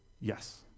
Yes